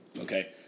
Okay